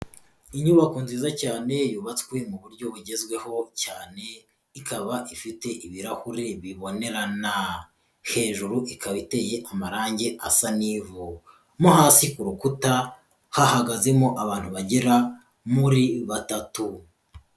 Inyubako nziza cyane yubatswe mu buryo bugezweho cyane, ikaba ifite ibirahure bibonerana. Hejuru ikaba iteye amarangi asa n'ivu. Mo hasi ku rukuta hahagazemo abantu bagera muri batatu.